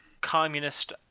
communist